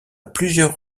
plusieurs